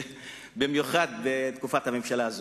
במיוחד בתקופת הממשלה הזאת.